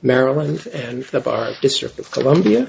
maryland and the bar district of columbia